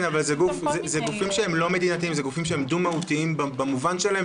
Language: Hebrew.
אלה גופים לא מדינתיים אלא דו-מהותיים במובן שלהם,